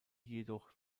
jedoch